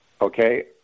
okay